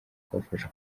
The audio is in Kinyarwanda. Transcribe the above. kubafasha